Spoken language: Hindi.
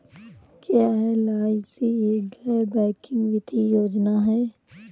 क्या एल.आई.सी एक गैर बैंकिंग वित्तीय योजना है?